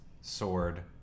sword